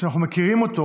כשאנחנו מכירים אותו